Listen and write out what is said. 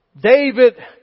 David